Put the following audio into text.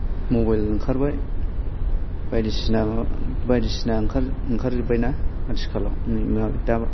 mobile ओंखारबाय बायदिसिना माबा बायदिसिना ओंखारजोबबाय ना आथिखालाव दा